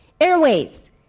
Airways